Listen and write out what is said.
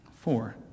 Four